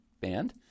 band